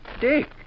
Dick